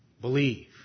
believe